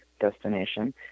destination